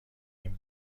این